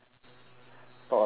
talk a lot of nonsense